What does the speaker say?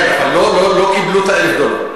כן, אבל לא קיבלו את ה-1,000 דולר.